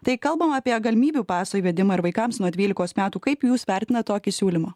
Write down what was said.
tai kalbama apie galimybių paso įvedimą ir vaikams nuo dvylikos metų kaip jūs vertinat tokį siūlymą